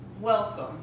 Welcome